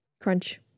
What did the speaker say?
crunch